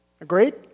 Agreed